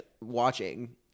watching